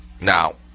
Now